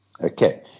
Okay